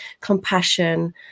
compassion